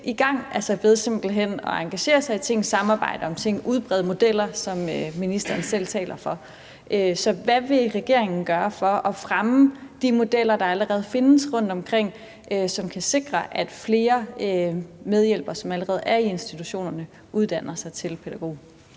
simpelt hen at engagere sig i ting, samarbejde om ting, udbrede modeller, som ministeren selv taler for. Så hvad vil regeringen gøre for at fremme de modeller, der allerede findes rundtomkring, og som kan sikre, at flere medhjælpere, som allerede er i institutionerne, uddanner sig til pædagog?